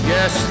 Yes